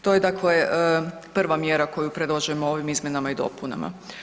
To je dakle prva mjera koju predlažemo ovim izmjenama i dopunama.